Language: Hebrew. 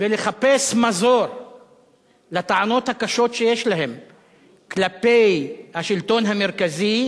ולחפש מזור לטענות הקשות שיש להן כלפי השלטון המרכזי,